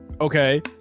okay